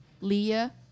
Leah